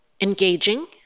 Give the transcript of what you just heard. engaging